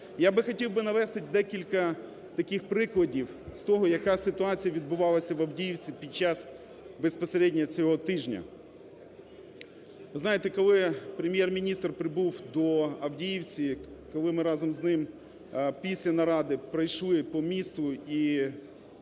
Я би хотів навести декілька таких прикладів з того, яка ситуація відбувалася в Авдіївці під час безпосередньо цього тижня. Ви знаєте, коли Прем'єр-міністр прибув до Авдіївки, коли ми разом з ним після наради пройшли по місту і